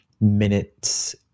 minutes